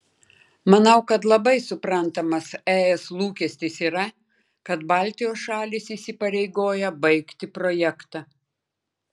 manau kad labai suprantamas es lūkestis yra kad baltijos šalys įsipareigoja baigti projektą